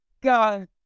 God